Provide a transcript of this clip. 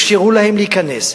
אפשרו להם להיכנס,